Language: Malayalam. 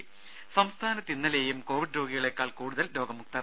ദേദ സംസ്ഥാനത്ത് ഇന്നലെയും കോവിഡ് രോഗികളേക്കാൾ കൂടുതൽ രോഗമുക്തർ